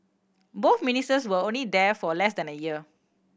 both Ministers were only there for less than a year